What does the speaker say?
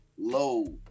low